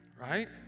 right